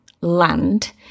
land